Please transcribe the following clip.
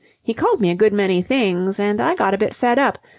he called me a good many things, and i got a bit fed-up,